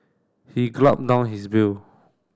he down his bill